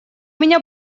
меня